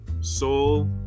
soul